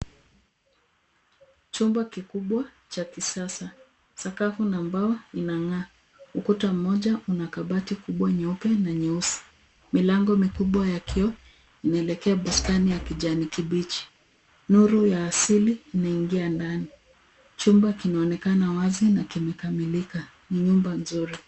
Chumba kikubwa cha kisasa. Sakafu na mbao inang'aa. Ukuta mmoja una kabati kubwa nyeupe na nyeusi. Milango mikubwa ya kioo inaelekea bustani ya kijani kibichi. Nuru ya asili inaingia ndani. Chumba kinaonekana wazi na kimekamilika. Ni nyumba nzuri.